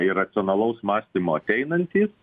ir racionalaus mąstymo ateinantys